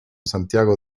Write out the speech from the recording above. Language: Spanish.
santiago